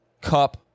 Cup